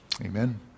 Amen